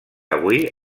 avui